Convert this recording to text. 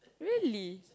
really